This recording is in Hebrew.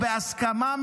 רק בעניין הטכני,